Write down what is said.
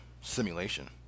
simulation